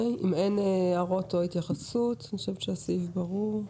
אם אין הערות או התייחסות אני חושבת שהסעיף ברור.